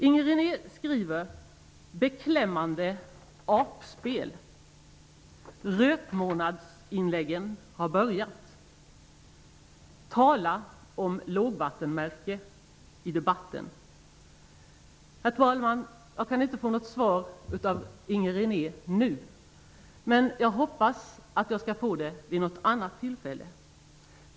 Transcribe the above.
Inger René skriver där om ''ett beklämmande apspel'' och att ''rötmånadsinläggen har börjat''. Tala om lågvattenmärke i debatten! Herr talman! Jag kan inte få något svar av Inger René nu, men jag hoppas att jag skall få det vid något annat tillfälle.